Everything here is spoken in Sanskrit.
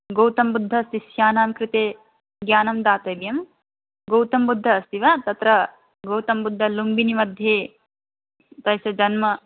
गौतमबुद्धः शिष्यानां कृते ज्ञानं दातव्यं गौतमबुद्धः अस्ति वा तत्र गौतमबुद्धः लुम्बिनि मध्ये तस्य जन्म